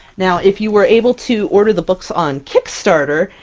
now, if you were able to order the books on kickstarter,